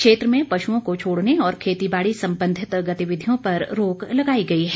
क्षेत्र में पशुओं को छोड़ने और खेतीबाड़ी संबंधित गतिविधियों पर रोक लगाई गई है